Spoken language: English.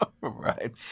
Right